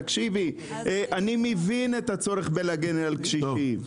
תקשיבי, אני מבין את הצורך להגן על קשישים.